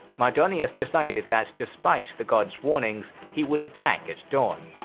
mardonius decided that despite the gods warnings, he would attack at dawn.